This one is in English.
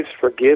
forgive